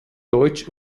deutsch